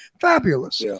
Fabulous